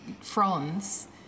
fronds